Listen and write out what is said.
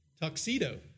Tuxedo